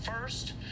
first